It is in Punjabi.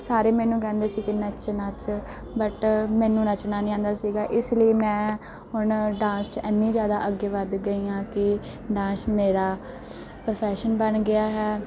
ਸਾਰੇ ਮੈਨੂੰ ਕਹਿੰਦੇ ਸੀ ਕਿ ਨੱਚ ਨੱਚ ਬਟ ਮੈਨੂੰ ਨੱਚਣਾ ਨਹੀਂ ਆਉਂਦਾ ਸੀਗਾ ਇਸ ਲਈ ਮੈਂ ਹੁਣ ਡਾਂਸ 'ਚ ਇੰਨੀ ਜ਼ਿਆਦਾ ਅੱਗੇ ਵੱਧ ਗਈ ਹਾਂ ਕਿ ਡਾਂਸ਼ ਮੇਰਾ ਪ੍ਰਫੈਸ਼ਨ ਬਣ ਗਿਆ ਹੈ